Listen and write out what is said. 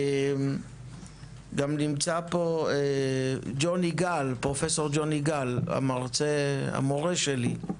גם נמצא פה פרופסור ג'וני גל, המורה שלי.